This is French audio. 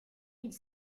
mille